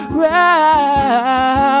round